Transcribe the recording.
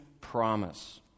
Promise